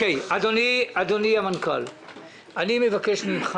אדוני מנכ"ל משרד הכלכלה והתעשייה, אני מבקש ממך